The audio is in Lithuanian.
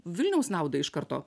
vilniaus naudai iš karto